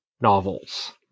novels